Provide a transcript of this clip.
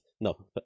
No